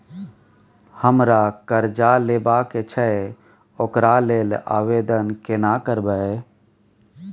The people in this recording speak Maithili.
हमरा कर्जा लेबा के छै ओकरा लेल आवेदन केना करबै?